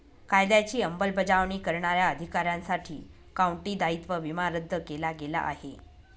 कायद्याची अंमलबजावणी करणाऱ्या अधिकाऱ्यांसाठी काउंटी दायित्व विमा रद्द केला गेला आहे